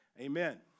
amen